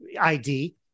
ID